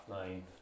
nine